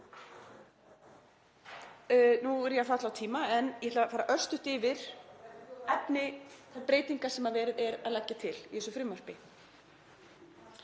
Nú er ég að falla á tíma en ég ætla að fara örstutt yfir þær breytingar sem verið er að leggja til í þessu frumvarpi.